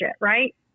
right